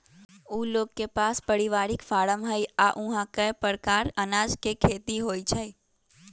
उ लोग के पास परिवारिक फारम हई आ ऊहा कए परकार अनाज के खेती होई छई